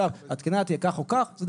אנחנו לא בחוק נכי נפש בקהילה, שם לא